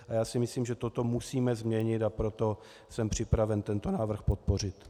A já si myslím, že toto musíme změnit, a proto jsem připraven tento návrh podpořit.